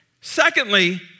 secondly